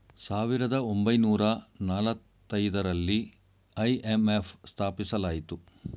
ಸಾವಿರದ ಒಂಬೈನೂರ ನಾಲತೈದರಲ್ಲಿ ಐ.ಎಂ.ಎಫ್ ಸ್ಥಾಪಿಸಲಾಯಿತು